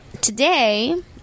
today